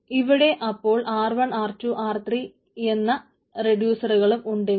ഇവിടെ അപ്പോൾ R1R2R3 എന്ന റെഡ്യൂസറുകൾ ഉണ്ടെങ്കിൽ